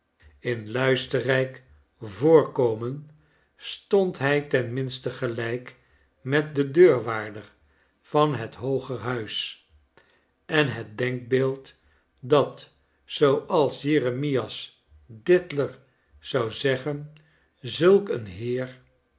in luisterrijk voorkomen stond hij ten minste gelijk met den deurwaarder van het hoogerhuis en het denkbeeld dat zooals jeremias diddler zou zeggen zulk een heer